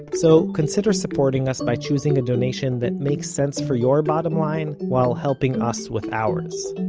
so consider supporting us by choosing a donation that makes sense for your bottom line, while helping us with ours.